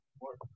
work